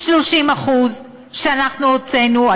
מה-30% שאנחנו הוצאנו,